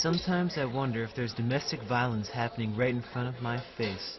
sometimes i wonder if there's domestic violence happening right in front of my